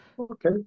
Okay